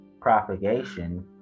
propagation